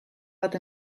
bat